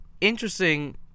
interesting